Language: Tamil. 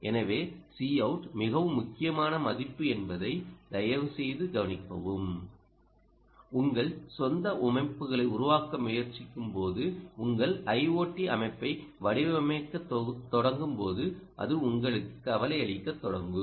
எனவே Coutமிகவும் முக்கியமான மதிப்பு என்பதை தயவுசெய்து கவனிக்கவும் உங்கள் சொந்த அமைப்புகளை உருவாக்க முயற்சிக்கும்போது உங்கள் ஐஓடி அமைப்பை வடிவமைக்கத் தொடங்கும்போது அது உங்களுக்கு கவலையளிக்கத் தொடங்கும்